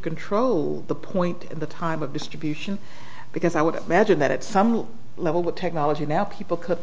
control the point at the time of distribution because i would imagine that at some level the technology now people could